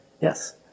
Yes